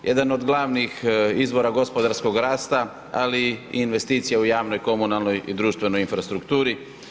Jedan od glavnih izvora gospodarskog rasta ali i investicija u javnoj komunalnoj i društvenoj infrastrukturi.